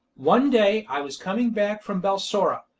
one day i was coming back from balsora,